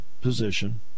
position